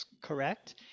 correct